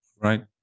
Right